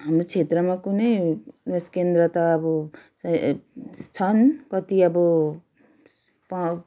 हाम्रो क्षेत्रमा कुनै उयस केन्द्र त अब छन् कति अब पाउँछ